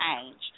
change